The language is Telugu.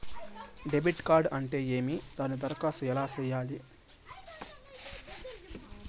డెబిట్ కార్డు అంటే ఏమి దానికి దరఖాస్తు ఎలా సేయాలి